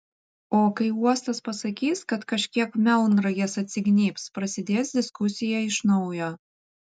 o kai uostas pasakys kad kažkiek melnragės atsignybs prasidės diskusija iš naujo